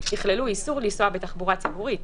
איסור לנסוע בתחבורה ציבורית.